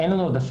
אין לנו עודפים.